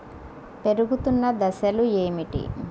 పెరుగుతున్న దశలు ఏమిటి?